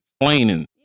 explaining